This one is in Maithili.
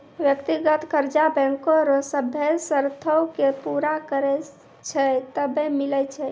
व्यक्तिगत कर्जा बैंको रो सभ्भे सरतो के पूरा करै छै तबै मिलै छै